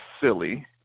silly